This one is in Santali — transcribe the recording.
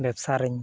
ᱵᱮᱵᱽᱥᱟᱨᱮᱧ